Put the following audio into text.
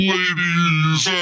Ladies